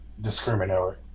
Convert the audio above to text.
discriminatory